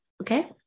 okay